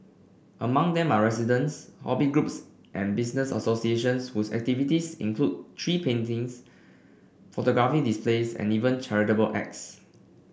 among them are residents hobby groups and business associations whose activities include tree plantings photography displays and even charitable acts